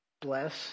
Bless